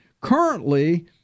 Currently